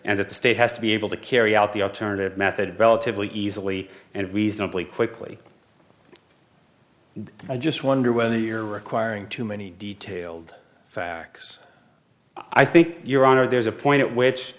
that the state has to be able to carry out the alternative method relatively easily and reasonably quickly i just wonder whether you're requiring too many detailed facts i think your honor there's a point at which